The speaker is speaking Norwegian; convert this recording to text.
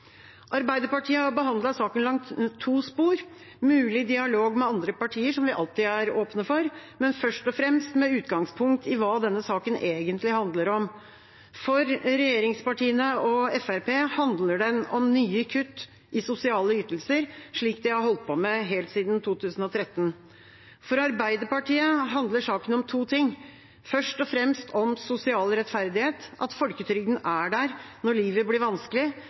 Arbeiderpartiet har behandlet saken langs to spor, mulig dialog med andre partier, som vi alltid er åpne for, men først og fremst med utgangspunkt i hva denne saken egentlig handler om. For regjeringspartiene og Fremskrittspartiet handler den om nye kutt i sosiale ytelser, slik de har holdt på med helt siden 2013. For Arbeiderpartiet handler saken om to ting, først og fremst om sosial rettferdighet, at folketrygden er der når livet blir vanskelig,